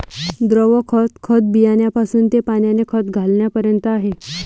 द्रव खत, खत बियाण्यापासून ते पाण्याने खत घालण्यापर्यंत आहे